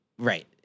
Right